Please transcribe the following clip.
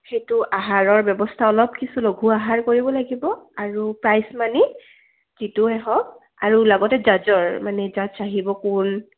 সেইটো আহাৰৰ ব্যৱস্থা অলপ কিছু লঘু আহাৰ কৰিব লাগিব আৰু প্ৰাইজ মানি যিটোৱে হওক আৰু লগতে জাজৰ মানে জাজ আহিব কোন